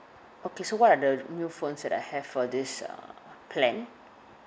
okay so what are the new phones that I have for this uh plan